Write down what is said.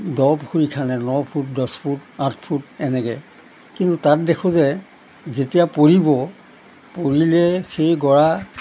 দ পুখুৰী খান্দে ন ফুট দছ ফুট আঠ ফুট এনেকৈ কিন্তু তাত দেখোঁ যে যেতিয়া পৰিব পৰিলে সেই গৰা